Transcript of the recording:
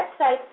website